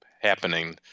happening